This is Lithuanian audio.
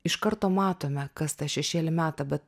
iš karto matome kas tą šešėlį meta bet